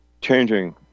changing